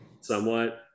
somewhat